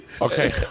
Okay